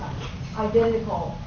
identical